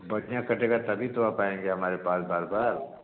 बढ़िया कटेगा तभी तो आप आएँगे हमारे पास बार बार